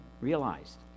realized